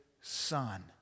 son